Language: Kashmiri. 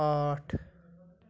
ٲٹھ